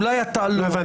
אולי אתה לא.